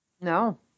No